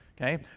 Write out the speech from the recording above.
okay